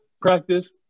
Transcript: practice